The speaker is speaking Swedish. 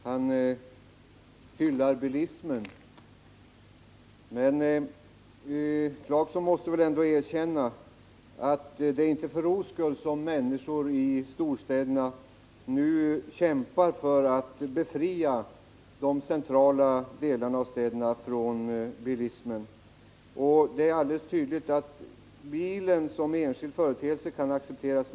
Herr talman! Rolf Clarkson hyllar bilismen, men herr Clarkson måste väl ändå erkänna att det inte är för ro skull som människor i storstäderna nu kämpar för att befria de centrala delarna av städerna från bilismen. Det är alldeles tydligt att bilen som enskild företeelse kan accepteras.